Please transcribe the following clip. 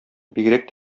бигрәк